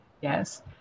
yes